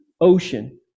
ocean